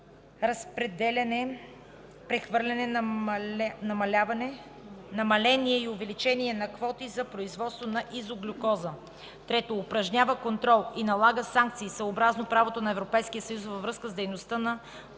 разпределяне, прехвърляне, намаление и увеличение на квоти за производство на изоглюкоза; 3. упражнява контрол и налага санкции, съобразно правото на Европейския съюз, във връзка с дейността на